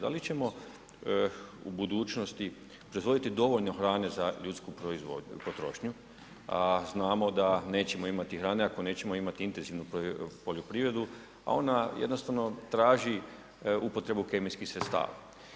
Da li ćemo u budućnosti proizvoditi dovoljno hrane za ljudsku proizvodnju i potrošnju, a znamo da nećemo imati hrane ako nećemo imati intenzivnu poljoprivredu, a ona jednostavno traži upotrebu kemijskih sredstava.